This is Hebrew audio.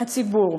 הציבור.